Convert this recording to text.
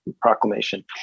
Proclamation